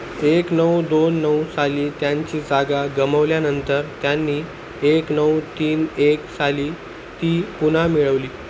एक नऊ दोन नऊ साली त्यांची जागा गमवल्यानंतर त्यांनी एक नऊ तीन एक साली ती पुन्हा मिळवली